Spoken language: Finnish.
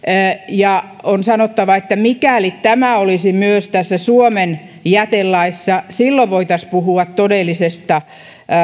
ja on sanottava että mikäli tämä olisi myös suomen jätelaissa silloin voitaisiin puhua todellisesta